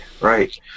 right